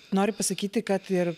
nori pasakyti kad ir